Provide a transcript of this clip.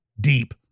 deep